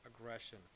aggression